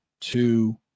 two